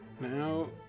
Now